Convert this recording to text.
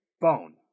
Bone